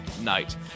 night